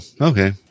okay